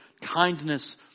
kindness